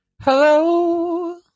hello